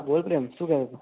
હા બોલ પ્રેમ શું કહેતો હતો